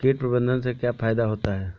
कीट प्रबंधन से क्या फायदा होता है?